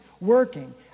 working